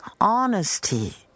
honesty